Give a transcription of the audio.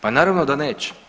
Pa naravno da neće.